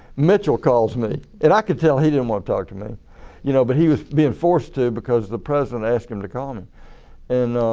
mitchell calls me and i could tell he didn't want to talk to me you know but he was being forced to because the president asked him to call um and